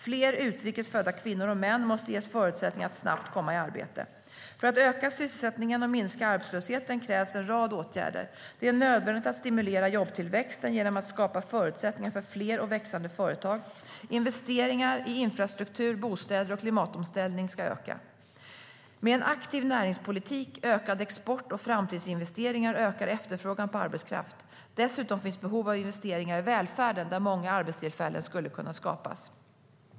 Fler utrikes födda kvinnor och män måste ges förutsättningar att snabbt komma i arbete. För att öka sysselsättningen och minska arbetslösheten krävs en rad åtgärder. Det är nödvändigt att stimulera jobbtillväxten genom att skapa förutsättningar för fler och växande företag. Investeringarna i infrastruktur, bostäder och klimatomställning ska öka. Med en aktiv näringspolitik, ökad export och framtidsinvesteringar ökar efterfrågan på arbetskraft. Dessutom finns behov av investeringar i välfärden, där många arbetstillfällen skulle kunna skapas.